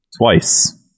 Twice